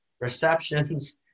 receptions